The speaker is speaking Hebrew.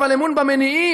אבל אמון במניעים,